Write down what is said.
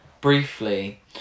briefly